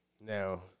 Now